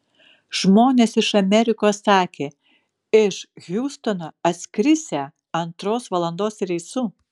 žmonės iš amerikos sakė iš hjustono atskrisią antros valandos reisu